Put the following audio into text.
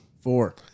Four